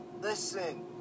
Listen